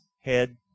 head